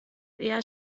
eher